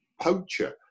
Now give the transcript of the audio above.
poacher